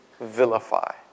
vilify